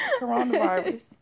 coronavirus